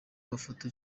mafoto